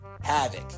havoc